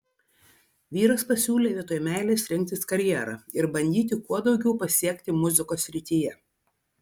vyras pasiūlė vietoj meilės rinktis karjerą ir bandyti kuo daugiau pasiekti muzikos srityje